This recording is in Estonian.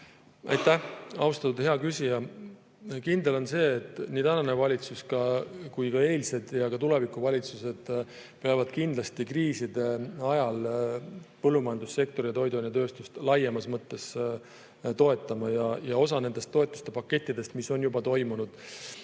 Aitäh, austatud hea küsija! Kindel on see, et nii tänane valitsus kui ka tulevikuvalitsused peavad kriiside ajal põllumajandussektorit ja toiduainetööstust laiemas mõttes toetama. Osa nendest toetuste pakettidest, mida on juba antud,